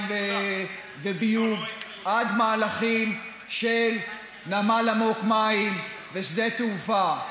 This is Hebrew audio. וביוב עד מהלכים של נמל עמוק-מים ושדה תעופה.